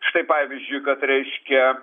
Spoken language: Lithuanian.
štai pavyzdžiui kad reiškia